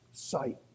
sight